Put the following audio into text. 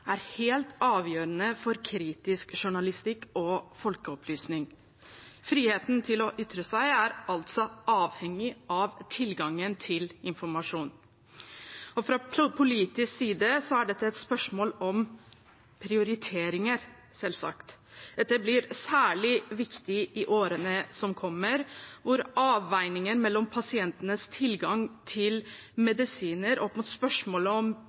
er helt avgjørende for kritisk journalistikk og folkeopplysning. Friheten til å ytre seg er altså avhengig av tilgangen til informasjon. Fra politisk side er dette et spørsmål om prioriteringer, selvsagt. Dette blir særlig viktig i årene som kommer, hvor avveiningen mellom pasientenes tilgang til medisiner opp mot spørsmålet om